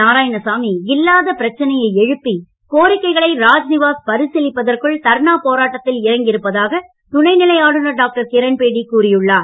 நாராயணசாமி இல்லாத பிரச்சனை எழுப்பி கோரிக்கைகளை ராஜ்நிவாஸ் பரிசீலிப்பதற்குள் தர்ணா போராட்டத்தில் இறங்கியிருப்பதாக துணைநிலை ஆளுநர் டாக்டர் கிரண்பேடி கூறியுள்ளார்